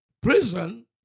prison